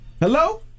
Hello